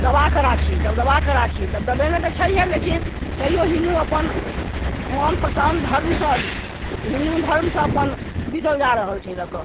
दबा कऽ राखी दबदबा कऽ राखी दबेने तऽ छैहे लेकिन तैयो हिन्दू अपन मोन प्रसन्न धर्म सँ हिन्दू धर्म सँ अपन बितल जा रहल छै लए कऽ